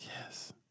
Yes